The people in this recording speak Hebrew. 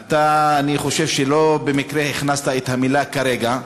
אני חושב שלא במקרה הכנסת את המילה כרגע.